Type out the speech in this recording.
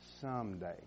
someday